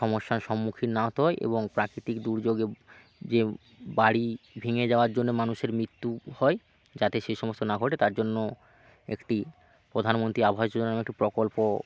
সমস্যার সম্মুখীন না হতে হয় এবং প্রাকৃতিক দুর্যোগে যে বাড়ি ভেঙে যাওয়ার জন্য মানুষের মৃত্যু হয় যাতে সে সমস্ত না ঘটে তার জন্য একটি প্রধানমন্ত্রী আভাস যোজনা নামে একটি প্রকল্প